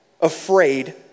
afraid